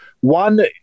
one